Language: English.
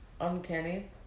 uncanny